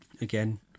Again